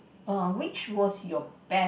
err which was your best